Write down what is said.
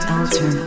Alter